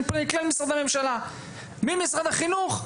אני פונה לכלל משרדי הממשלה משרד החינוך,